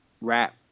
rap